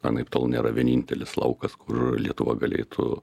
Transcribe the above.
anaiptol nėra vienintelis laukas kur lietuva galėtų